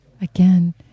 again